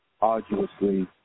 arduously